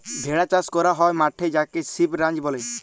ভেড়া চাস ক্যরা হ্যয় মাঠে যাকে সিপ রাঞ্চ ব্যলে